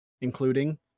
including